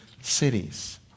Cities